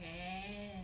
can